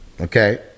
Okay